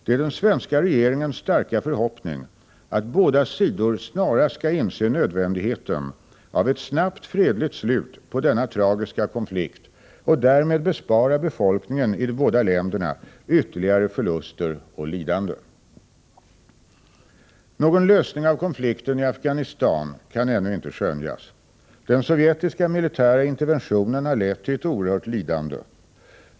Det är den svenska regeringens starka förhoppning att båda sidor snarast skall inse nödvändigheten av ett snabbt fredligt slut på denna tragiska konflikt och därmed bespara befolkningen i de båda länderna ytterligare förluster och lidande. Någon lösning av konflikten i Afghanistan kan ännu inte skönjas. Den sovjetiska militära interventionen har lett till ett oerhört lidande.